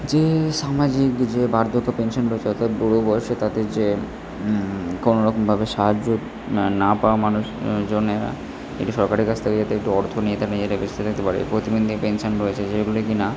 যে সামাজিক যে বার্ধক্য পেনশন রয়েছে অর্থাৎ বুড়ো বয়সে তাদের যে কোনো রকমভাবে সাহায্য না না পাওয়া মানুষ জনেরা এটা সরকারের কাছ থেকে যাতে অর্থ নিয়ে তারা পেনশন রয়েছে যেগুলি কি না